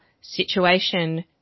situation